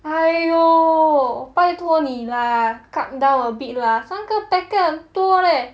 !aiyo! 拜托你 lah cut down a bit lah 三个 packet 很多 leh